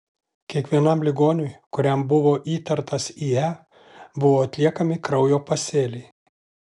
kiekvienam ligoniui kuriam buvo įtartas ie buvo atliekami kraujo pasėliai